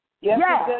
Yes